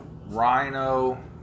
rhino